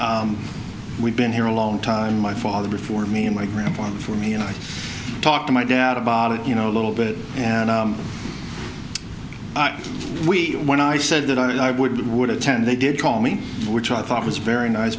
us we've been here a long time my father before me and my grandpa for me and i talk to my doubt about it you know a little bit and we when i said that i would would attend they did call me which i thought was very nice